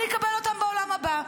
אני אקבל אותן בעולם הבא,